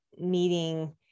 meeting